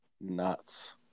nuts